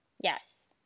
Yes